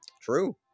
True